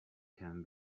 can